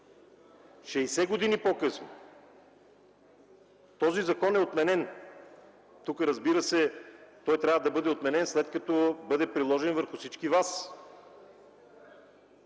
години по-късно законът е отменен. Тук, разбира се, той трябва да бъде отменен, след като бъде приложен върху всички Вас.